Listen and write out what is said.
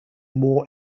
more